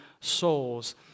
souls